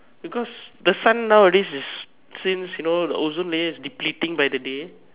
because the sun nowadays is since you know the ozone layer is depleting by the day